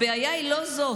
הבעיה היא לא זאת,